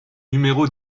numéro